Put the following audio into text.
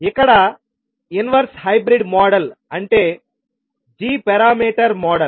ఇక్కడ inverse hybrid model అంటే g parameter model